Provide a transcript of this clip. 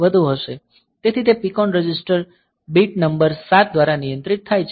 તેથી તે PCON register bit numbers 7 દ્વારા નિયંત્રિત થાય છે